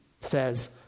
says